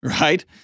right